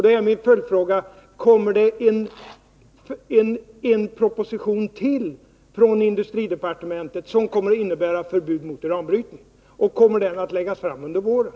Därför frågar jag nu: Kommer det en proposition till från industridepartementet, som innehåller förslag till förbud mot uranbrytning, och kommer den i så fall att läggas fram under våren?